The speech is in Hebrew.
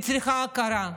היא צריכה הכרה.